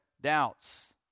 doubts